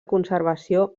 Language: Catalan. conservació